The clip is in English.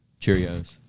Cheerios